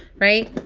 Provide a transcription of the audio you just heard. right?